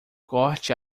corte